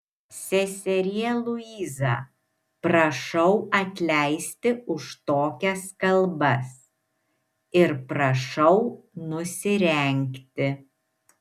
seserie luiza prašau atleisti už tokias kalbas ir prašau nusirengti